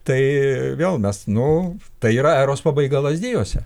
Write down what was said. tai vėl mes nu tai yra eros pabaiga lazdijuose